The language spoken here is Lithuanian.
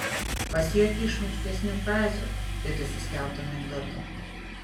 pasijuokia iš šmaikštesnių frazių vietoj suskelto anekdoto